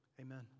amen